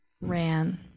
Ran